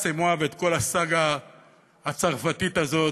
c'est moi ואת כל הסאגה הצרפתית הזאת,